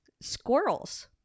Squirrels